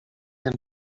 him